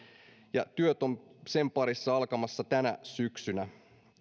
ja työt ovat sen parissa alkamassa tänä syksynä